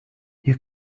you